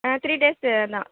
ஆ three டேஸ்க்கு தான்